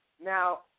Now